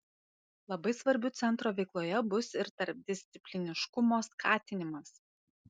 labai svarbiu centro veikloje bus ir tarpdiscipliniškumo skatinimas